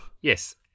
Yes